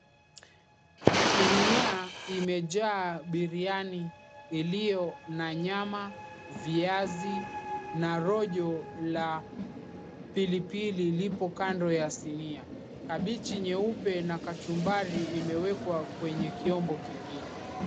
Sinia imejaa biriani iliyo na nyama, viazi na rojo la pilipili lipo kando ya sinia. Kabichi nyeupe na kachumbari imewekwa kwenye kiombo kingine.